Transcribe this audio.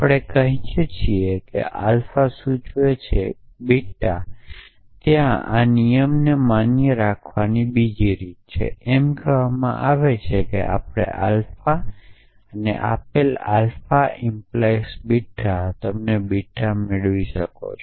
આપણે કહીએ છીએ કે આલ્ફા 🡪 બીટા છે બીટા ત્યાં આ નિયમને માન્ય રાખવાની બીજી રીત છે એમ કહેવામાં આવે છે કે જો આલ્ફા અને આલ્ફા 🡪 બીટા આપેલ હોય તો તમે બીટા મેળવી શકો છો